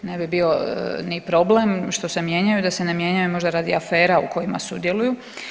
Ne bi bio ni problem što se mijenjaju da se ne mijenjaju radi afera u kojima sudjeluju.